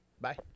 Bye